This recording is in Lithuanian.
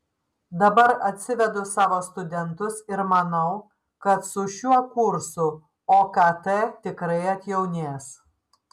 dabar atsivedu savo studentus ir manau kad su šiuo kursu okt tikrai atjaunės